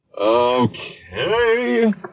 Okay